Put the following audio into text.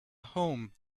home